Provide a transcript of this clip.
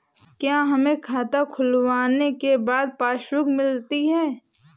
क्या हमें खाता खुलवाने के बाद पासबुक मिलती है?